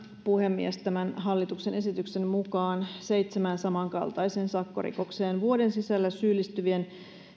puhemies tämän hallituksen esityksen mukaan seitsemään samankaltaiseen sakkorikokseen vuoden sisällä syyllistyvien